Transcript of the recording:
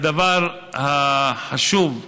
הדבר החשוב,